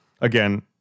Again